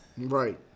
right